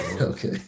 Okay